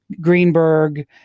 Greenberg